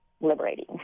liberating